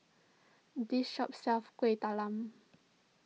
this shop sells Kueh Talam